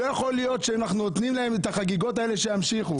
לא יכול להיות שאנחנו נותנים להם את החגיגות האלה שימשיכו.